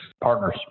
partners